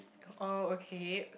oh okay